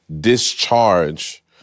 discharge